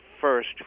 first